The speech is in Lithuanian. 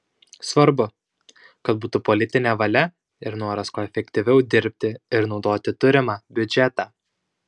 svarbu kad būtų politinė valia ir noras kuo efektyviau dirbti ir naudoti turimą biudžetą